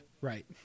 Right